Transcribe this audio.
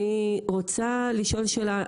אני רוצה לשאול שאלה,